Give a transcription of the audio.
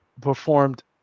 performed